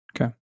okay